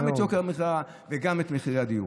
גם את יוקר המחיה וגם את מחירי הדיור.